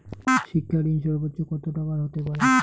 শিক্ষা ঋণ সর্বোচ্চ কত টাকার হতে পারে?